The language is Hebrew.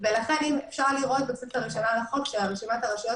ולכן אפשר לראות בתוספת הראשונה לחוק שרשימת הרשויות